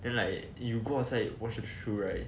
then like you go outside wash your shoe right